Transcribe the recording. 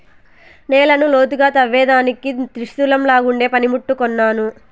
నేలను లోతుగా త్రవ్వేదానికి త్రిశూలంలాగుండే పని ముట్టు కొన్నాను